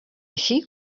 així